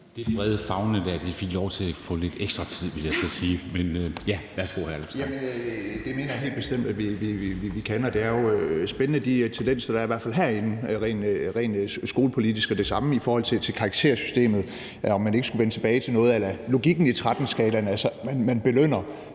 Det der brede, favnende fik lov til at få lidt ekstra tid, vil jeg så sige. Men ja, værsgo, hr. Alex Vanopslagh. Kl. 17:21 Alex Vanopslagh (LA): Jamen det mener jeg helt bestemt vi kan. Og det er jo spændende med de tendenser, der i hvert fald er herinde rent skolepolitisk. Og det samme i forhold til karaktersystemet og om man ikke skulle vende tilbage til noget a la logikken i 13-skalaen, altså at man belønner